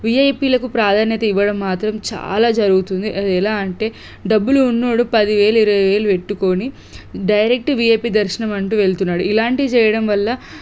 విఐపీలకు ప్రాధాన్యత ఇవ్వడం మాత్రం చాలా జరుగుతుంది అది ఎలా అంటే డబ్బులు ఉన్నవాడు పదివేలు ఇరవై వేలు పెట్టుకొని డైరెక్ట్ విఐపీ దర్శనం అంటూ వెళుతున్నాడు ఇలాంటివి చేయడం వల్ల